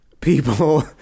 people